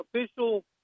official